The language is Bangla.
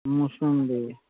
মোসম্বি